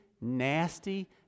nasty